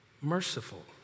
merciful